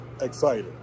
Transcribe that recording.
excited